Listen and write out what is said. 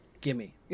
gimme